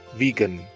vegan